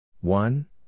one